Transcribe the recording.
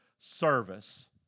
service